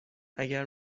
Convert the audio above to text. اگر